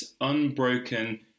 unbroken